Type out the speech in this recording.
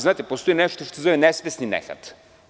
Znate, postoji nešto što se zove nesvesni nehat.